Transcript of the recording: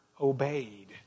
obeyed